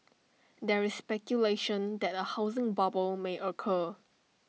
there is speculation that A housing bubble may occur